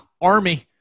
Army